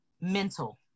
mental